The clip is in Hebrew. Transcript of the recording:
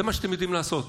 זה מה שאתם יודעים לעשות.